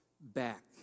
back